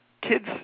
kids